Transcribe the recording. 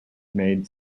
made